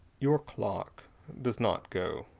your clock does not go,